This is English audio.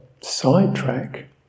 sidetrack